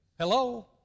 Hello